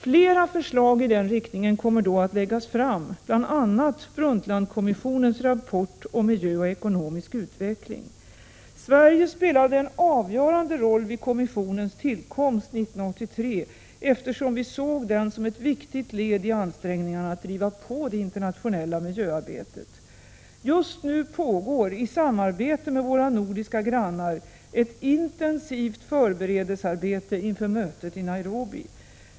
Flera förslag i den riktningen kommer då att framläggas, bl.a. Brundtlandkommissionens rapport om miljö och ekonomisk utveckling. Sverige spelade en avgörande roll vid kommissionens tillkomst 1983, eftersom vi såg den som ett viktigt led i ansträngningarna att driva på det internationella miljöarbetet. Just nu pågår, i samarbete med våra nordiska grannar, ett intensivt förberedelsearbete inför mötet i Nairobi.